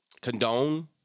condone